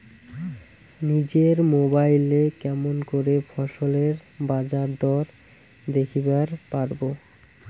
নিজের মোবাইলে কেমন করে ফসলের বাজারদর দেখিবার পারবো?